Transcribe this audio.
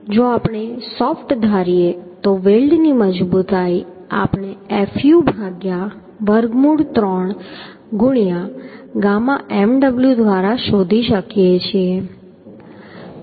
તેથી જો આપણે સોફ્ટ ધારીએ તો વેલ્ડની મજબૂતાઈ આપણે fu ભાગ્યા વર્ગમૂળ 3 ગુણ્યા ગામા mw દ્વારા શોધી શકીએ છીએ